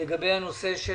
לגבי הנושא של